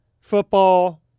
Football